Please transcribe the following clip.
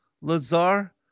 Lazar